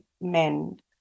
men